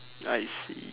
I see